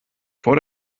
vor